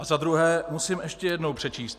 A za druhé musím ještě jednou přečíst: